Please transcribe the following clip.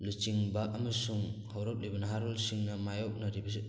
ꯂꯨꯆꯤꯡꯕ ꯑꯃꯁꯨꯡ ꯍꯧꯔꯛꯂꯤꯕ ꯅꯍꯥꯔꯣꯜꯁꯤꯡꯅ ꯃꯥꯏꯌꯣꯛꯅꯔꯤꯕꯁꯤ